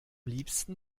liebsten